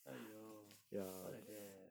!aiyo! why like that